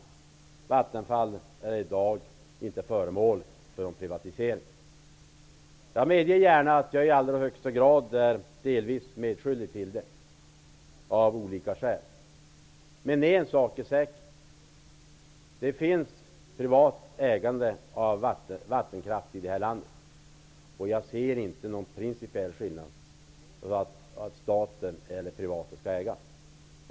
Vattenfall är i dag inte föremål för någon privatisering. Jag medger gärna att jag i allra högsta grad är delvis medskyldig till det av olika skäl. Men en sak är säker: Det förekommer privat ägande av vattenkraft i det här landet. Jag ser ingen principiell skillnad mellan statligt eller privat ägande.